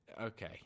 okay